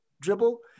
dribble